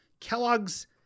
kellogg's